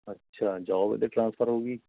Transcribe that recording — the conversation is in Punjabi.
ਅੱਛਾ ਜੋਬ ਦੇ ਟਰਾਂਸਫਰ ਹੋ ਗਈ